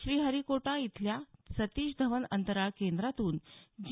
श्रीहरिकोटा इथल्या सतीश धवन अंतराळ केंद्रातून जी